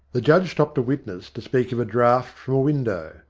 the judge stopped a witness to speak of a draught from a window.